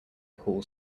pool